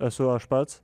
esu aš pats